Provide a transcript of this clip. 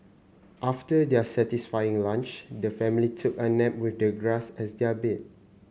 after their satisfying lunch the family took a nap with the grass as their bed